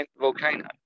volcano